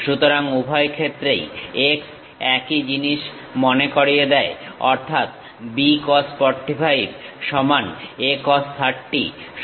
সুতরাং উভয় ক্ষেত্রেই x একই জিনিস মনে করিয়ে দেয় অর্থাৎ B cos 45 সমান A cos 30